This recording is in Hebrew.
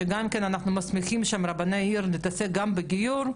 שגם שם אנחנו מסמיכים רבני עיר להתעסק גם בגיור.